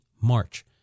March